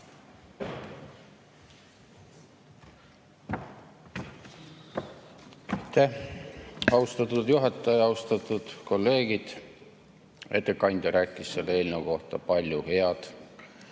austatud juhataja! Austatud kolleegid! Ettekandja rääkis selle eelnõu kohta palju head